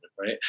Right